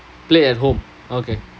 play at home okay